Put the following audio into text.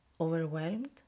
overwhelmed